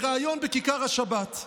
בריאיון בכיכר השבת.